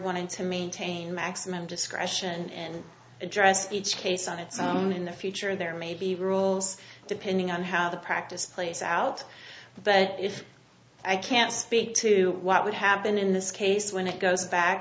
wants to maintain maximum discretion and address each case on its own in the future and there may be rules depending on how the practice plays out but if i can't speak to what would happen in this case when it goes back